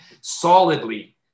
solidly